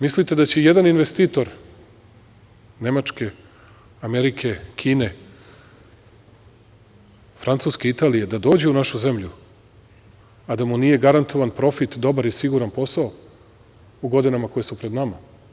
Mislite da će i jedan investitor Nemačke, Amerike, Kine, Francuske, Italije da dođe u našu zemlju, a da mu nije garantovan profit, dobar i siguran posao u godinama koje su pred nama?